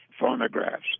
phonographs